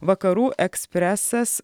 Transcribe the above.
vakarų ekspresas